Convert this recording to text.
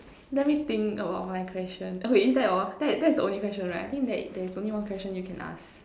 let me think about my question oh wait is that all that is that is the only question right I think there's only one question you can ask